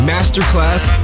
Masterclass